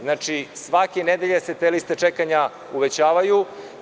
Znači, svake nedelje se te liste čekanja uvećavaju.